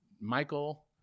Michael